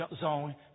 zone